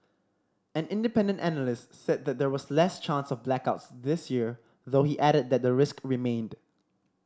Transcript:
an independent analyst said that there was less chance of blackouts this year though he added that the risk remained